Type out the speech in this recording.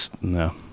No